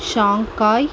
Shanghai